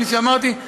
כפי שאמרתי,